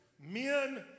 Men